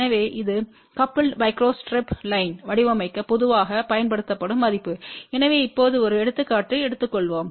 எனவே இது coupled microstrip லைன்பை வடிவமைக்க பொதுவாக பயன்படுத்தப்படும் மதிப்பு எனவே இப்போது ஒரு எடுத்துக்காட்டு எடுத்துக்கொள்வோம்